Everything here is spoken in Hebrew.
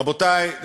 רבותי,